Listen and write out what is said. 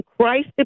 Christ